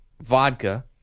vodka